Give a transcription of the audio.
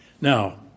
Now